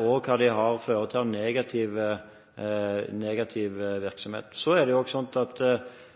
og hva det har å føre til av negativ virksomhet. Det er også sånn at